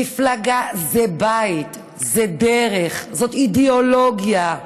מפלגה היא בית, היא דרך, זו אידיאולוגיה.